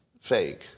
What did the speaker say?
fake